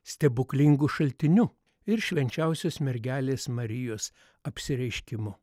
stebuklingu šaltiniu ir švenčiausios mergelės marijos apsireiškimu